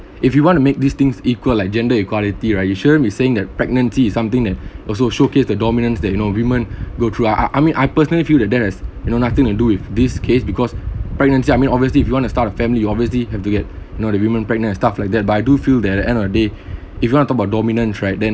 if you want to make these things equal like gender equality right you shouldn't be saying that pregnancy is something that also showcased the dominance that you know women go through I I mean I personally feel that there's you know nothing to do with this case because pregnancy I mean obviously if you want to start a family you obviously have to get you know the women pregnant and stuff like that but I do feel that at the end of the day if you want to talk about dominant track then